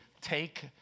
take